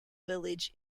village